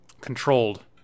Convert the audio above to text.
controlled